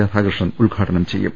രാധാകൃഷ്ണൻ ഉദ്ഘാടനം ചെയ്യും